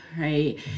right